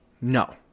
No